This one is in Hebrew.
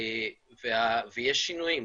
ויש שינויים.